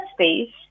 space